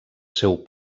seu